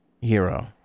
hero